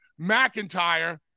McIntyre